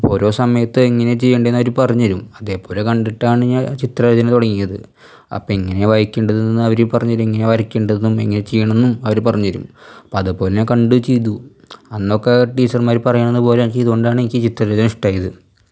അപ്പോൾ ഓരോ സമയത്ത് എങ്ങനെ ചെയ്യണ്ടേന്ന് അവർ പറഞ്ഞെരും അതെപോലെ കണ്ടിട്ടാണ് ഞാൻ ചിത്രരചന തുടങ്ങിയത് അപ്പം എങ്ങനെയാണ് വരക്കേണ്ടതെന്ന് അവർ പറഞ്ഞെരും എങ്ങനെയാണ് വരക്കേണ്ടതെന്നും എങ്ങനെ ചെയ്യണമെന്നും അവർ പറഞ്ഞെരും അപ്പം അതെപോലെ ഞാൻ കണ്ട് ചെയ്തു അന്നൊക്കെ ടീച്ചർമാർ പറയണ പോലെ ഞാൻ ചെയ്തോണ്ടാണ് എനിക്ക് ചിത്ര രചന ഇഷ്ട്ടമായത്